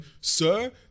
sir